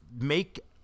make